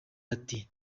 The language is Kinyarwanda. ati